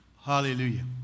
Hallelujah